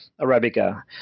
Arabica